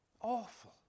Awful